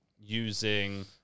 using